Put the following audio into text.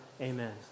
Amen